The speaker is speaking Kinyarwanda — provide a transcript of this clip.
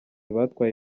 batwaye